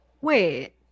Wait